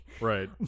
Right